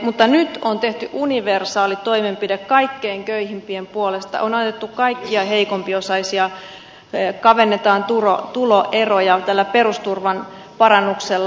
mutta nyt on tehty universaali toimenpide kaikkein köyhimpien puolesta on autettu kaikkia heikompiosaisia kavennetaan tuloeroja tällä perusturvan parannuksella